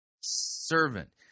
servant